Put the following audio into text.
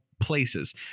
places